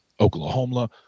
Oklahoma